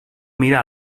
mira